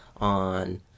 on